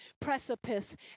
precipice